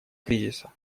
кризиса